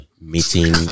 meeting